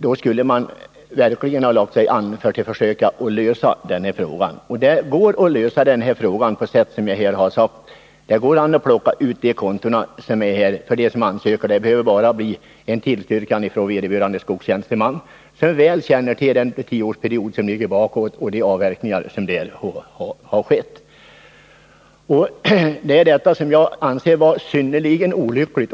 farsot som drar fram med omfattande skogsvårdsåt gärder som följd. Men det går att lösa problemet på det sätt som jag här har nämnt. Det går att skilja ut de konton som ansökningarna gäller. Det krävs bara en tillstyrkan från vederbörande skogstjänsteman. som väl känner till den tioårsperiod bakåt i tiden som det är fråga om och de avverkningar som då skett. Jag anser att det vore synnerligen olyckligt.